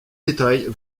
détails